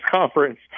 conference